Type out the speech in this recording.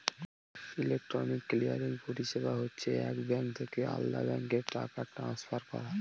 electronic clearing পরিষেবা হচ্ছে এক ব্যাঙ্ক থেকে আলদা ব্যাঙ্কে টাকা ট্রান্সফার করা